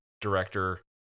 director